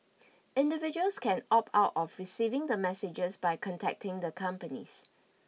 individuals can opt out of receiving the messages by contacting the companies